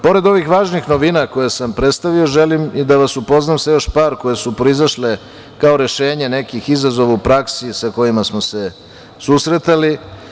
Pored ovih važnih novina koje sam predstavio želim i da vas upoznam sa još par koje su proizašle kao rešenja nekih izazova u praksi sa kojima smo se susretali.